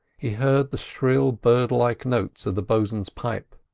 he heard the shrill bird-like notes of the bosun's pipe.